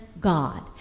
God